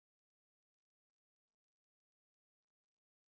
inside eh the John's pin store right